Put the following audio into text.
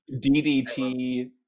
DDT